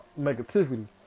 negativity